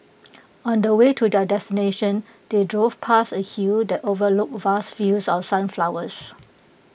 on the way to their destination they drove past A hill that overlooked vast fields of sunflowers